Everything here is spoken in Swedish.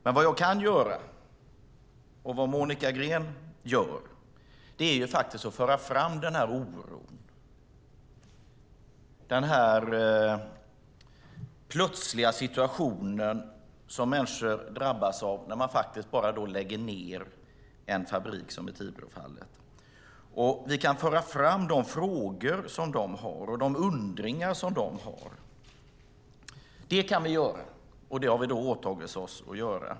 Men vad jag kan göra och vad Monica Green gör är att försöka ge uttryck för den oro som de känner, oron i den plötsliga situation som människor hamnar i när en fabrik läggs ned som i Tibrofallet. Vi kan föra fram de frågor och funderingar som de har. Det kan vi göra, och det har vi åtagit oss att göra.